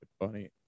funny